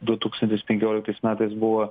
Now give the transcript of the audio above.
du tūkstantis penkioliktais metais buvo